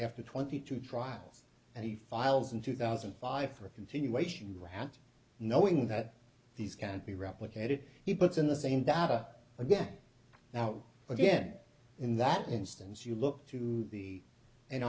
after twenty two trials and he files in two thousand and five for a continuation rant knowing that these can't be replicated he puts in the same data again now again in that instance you look to the and